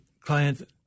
client